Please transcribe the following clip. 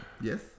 yes